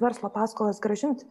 verslo paskolas grąžint